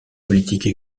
politique